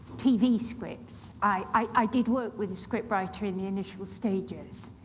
tv scripts, i did work with a scriptwriter in the initial stages.